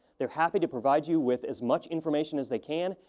they're happy to provide you with as much information as they can.